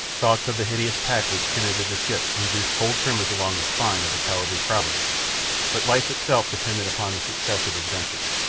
thoughts of the hideous pack which tenanted the ship induced cold tremors along the spine of the cowardly prowler but life itself depended upon the success of his venture,